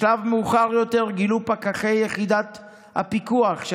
בשלב מאוחר יותר גילו פקחי יחידת הפיקוח של